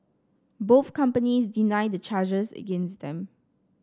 both companies deny the charges against them